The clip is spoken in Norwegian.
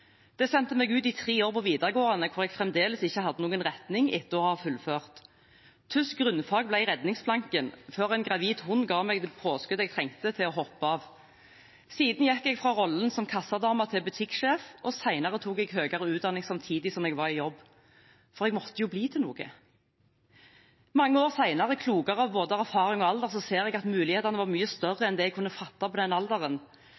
Det sendte meg ut i tre år på videregående hvor jeg fremdeles ikke hadde noen retning etter å ha fullført. Tysk grunnfag ble redningsplanken før en gravid hund ga meg det påskuddet jeg trengte til å hoppe av. Siden gikk jeg fra rollen som kassadame til butikksjef, og senere tok jeg høyere utdanning samtidig som jeg var i jobb – for jeg måtte jo bli til noe. Mange år senere, klokere både av erfaring og alder, ser jeg at mulighetene var mye større enn det jeg kunne fatte i den alderen.